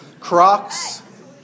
Crocs